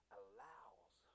allows